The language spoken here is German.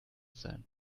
sein